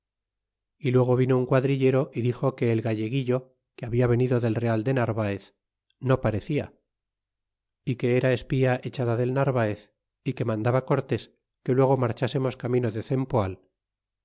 y luego vino un quadrillero y dixo que el galleguillo que habia venido del real de narvaez no parecía y que era espía echada del narvaez é que mandaba cortés que luego marchásemos camino de cempoal